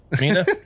Mina